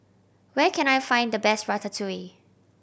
where can I find the best Ratatouille